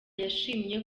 yashimye